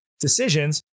decisions